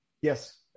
Yes